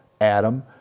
Adam